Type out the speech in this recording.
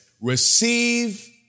receive